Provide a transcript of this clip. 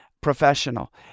professional